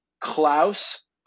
Klaus